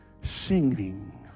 singing